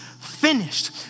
finished